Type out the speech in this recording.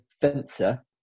fencer